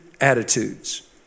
attitudes